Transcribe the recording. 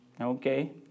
Okay